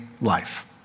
life